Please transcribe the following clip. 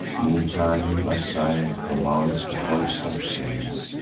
meantime, my sire commands to hoist our sails,